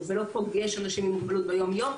ולא פוגש אנשים עם מוגבלות ביום-יום,